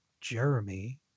Jeremy